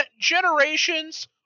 generations